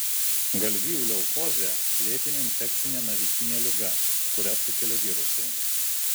galvijų leukozė lėtinė infekcinė navikinė liga kurią sukelia virusai